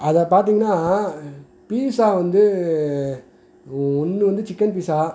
அதை பார்த்தீங்கன்னா பீட்ஸா வந்து ஒன்று வந்து சிக்கன் பீட்ஸா